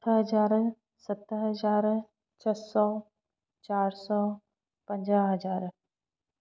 अठ हज़ार सत हज़ार छह सौ चारि सौ पंजाहु हज़ार